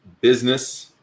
business